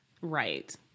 Right